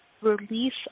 release